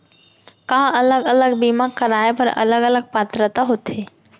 का अलग अलग बीमा कराय बर अलग अलग पात्रता होथे?